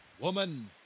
woman